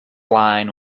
line